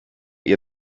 ihr